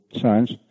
science